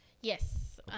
Yes